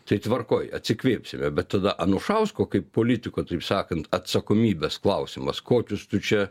tai tvarkoj atsikvėpsime bet tada anušausko kaip politiko taip sakant atsakomybės klausimas kokius tu čia